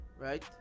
right